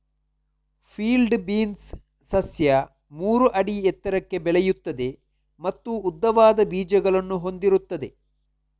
field beans ಸಸ್ಯ ಮೂರು ಅಡಿ ಎತ್ತರಕ್ಕೆ ಬೆಳೆಯುತ್ತದೆ ಮತ್ತು ಉದ್ದವಾದ ಬೀಜಗಳನ್ನು ಹೊಂದಿರುತ್ತದೆ